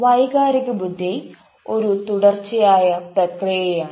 വൈകാരിക ബുദ്ധി ഒരു തുടർച്ചയായ പ്രക്രിയയാണ്